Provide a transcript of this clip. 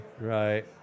Right